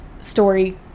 story